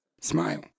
smile